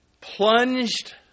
plunged